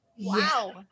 Wow